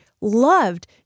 loved